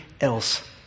else